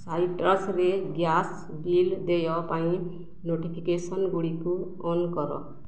ସାଇଟ୍ରସ୍ରେ gas bill ଦେୟ ପାଇଁ notification ଗୁଡ଼ିକୁ ଅନ୍ କର